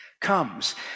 comes